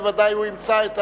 ובוודאי הוא ימצא,